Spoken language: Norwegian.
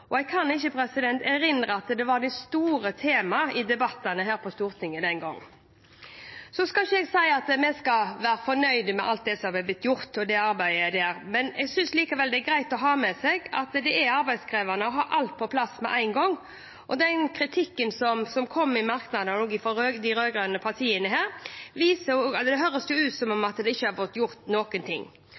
Jeg kan ikke erindre at det var et stort tema i debattene her på Stortinget den gangen. Så skal ikke jeg si at vi skal være fornøyd med alt det som har blitt gjort, men jeg synes likevel det er greit å ha med seg at det er arbeidskrevende å ha alt på plass med en gang. I den kritikken som kommer i merknadene fra de rød-grønne partiene, høres det ut som at vi ikke har fått gjort noe. Selv om våre naboland vedtok sine handlingsplaner i 2017, må vi ikke